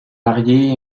mariée